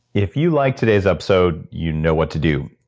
if you like today's episode, you know what to do.